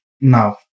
now